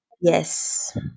Yes